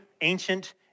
ancient